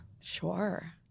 Sure